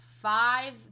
five